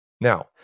Now